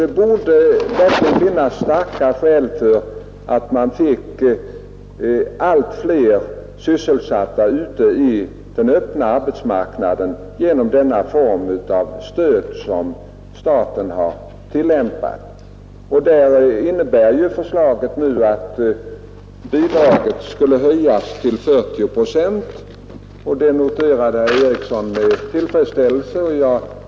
Det finns verkligen starka skäl för att få allt fler sysselsatta ute i den öppna arbetsmarknaden genom den bidragsform som staten här tillämpar. I propositionen föreslås nu att bidraget skulle utgå med belopp som motsvarar 40 procent av lönen till arbetstagaren. Detta noterade herr Eriksson med tillfredsställelse.